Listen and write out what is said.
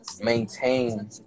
maintain